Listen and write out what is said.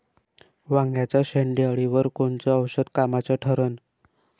वांग्याच्या शेंडेअळीवर कोनचं औषध कामाचं ठरन?